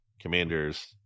Commanders